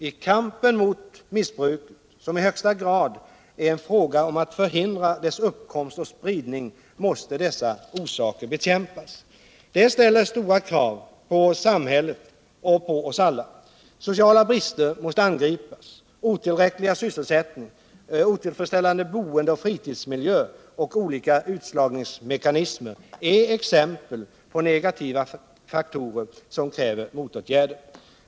I kampen mot missbruket, som i högsta grad är en fråga om att hindra dettas uppkomst och spridning, måste dessa orsaker bekämpas. Det ställer stora krav på samhället och på oss alla. Sociala brister måste angripas. Otillräcklig sysselsättning, otillfredsställande boendeoch fritidsmiljö och olika utslagningsmekanismer är exempel på negativa faktorer som kräver motåtgärder.